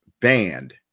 banned